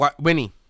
Winnie